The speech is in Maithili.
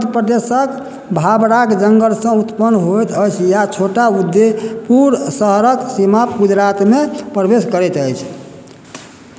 प्रदेशक भावराक जङ्गलसँ उत्पन्न होइत अछि या छोटा उदयपुर शहरक सीमाप गुजरातमे प्रवेश करैत अछि